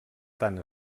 tant